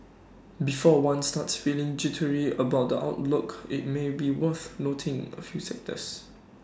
before one starts feeling jittery about the outlook IT may be worth noting A few factors